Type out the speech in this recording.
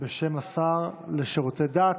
קארין אלהרר, בשם השר לשירותי דת.